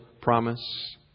promise